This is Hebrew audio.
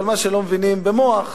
אבל מה שלא מבינים במוח,